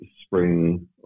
spring